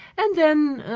and then,